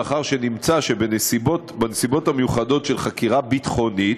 לאחר שנמצא שבנסיבות המיוחדות של חקירה ביטחונית,